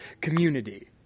community